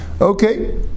Okay